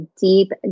deep